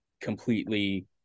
completely